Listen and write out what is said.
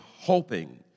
hoping